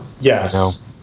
Yes